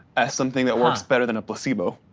as something that works better than a placebo?